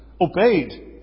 obeyed